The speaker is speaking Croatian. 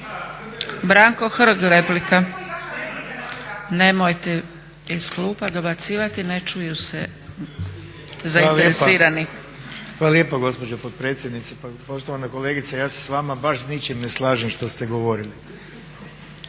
Branko Hrg, replika. Nemojte iz klupa dobacivati ne čuju se zainteresirani. **Hrg, Branko (HSS)** Hvala lijepa gospođo potpredsjednice. Pa poštovana kolegice, ja se s vama baš s ničim ne slažem što ste govorili.